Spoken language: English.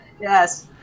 Yes